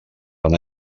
van